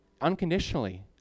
Unconditionally